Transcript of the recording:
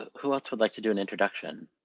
who else would like to do an introduction?